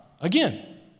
again